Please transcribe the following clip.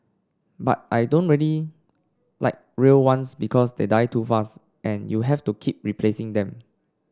but I don't ready like real ones because they die too fast and you have to keep replacing them